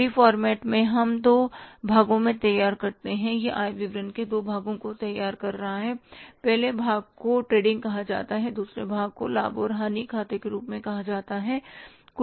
T format में हम दो भागों को तैयार करते हैं यह आय विवरण दो भागों को तैयार कर रहा है पहले भाग को ट्रेडिंग कहा जाता है दूसरे भाग को लाभ और हानि खाते के रूप में कहा जाता है